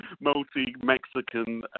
multi-Mexican